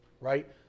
right